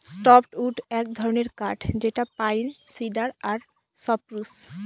softwood এক ধরনের কাঠ যেটা পাইন, সিডার আর সপ্রুস